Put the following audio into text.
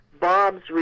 Bob's